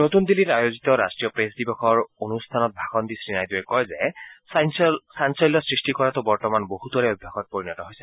নতুন দিল্লীত আয়োজিত ৰাষ্ট্ৰীয় প্ৰেছ দিৱসৰ অনূষ্ঠানত ভাষণ দি শ্ৰীনাইডুৰে কয় যে চাঞ্চল্য সৃষ্টি কৰাতো বৰ্তমান বহুতৰে অভ্যাসত পৰিণত হৈছে